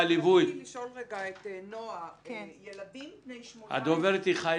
רציתי לשאול את נועה: ילדים בני 17